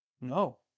No